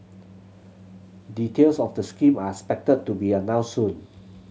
details of the scheme are expected to be announced soon